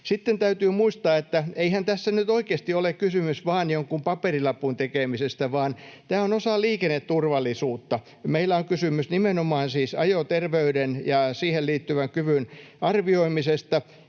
täytyy muistaa, että eihän tässä nyt oikeasti ole kysymys vain jonkun paperilapun tekemisestä, vaan tämä on osa liikenneturvallisuutta. Meillä on kysymys nimenomaan siis ajoterveyden ja siihen liittyvän kyvyn arvioimisesta,